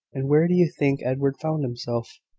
and where do you think edward found himself?